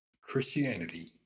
Christianity